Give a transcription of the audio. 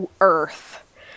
earth